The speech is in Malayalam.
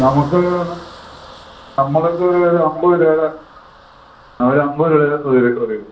നമുക്ക് നമ്മള്ക്ക് ഒരു അന്പതു രൂപയുടെ ഒരന്പതു രൂപയുടെ വീട് ഒതുങ്ങണം